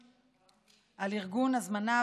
הזמנה,